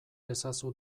ezazu